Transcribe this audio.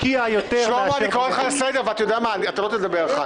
אז אני מבקש שיהיה ייצוג של כל סיעות